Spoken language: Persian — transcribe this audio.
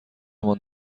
مان